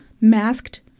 masked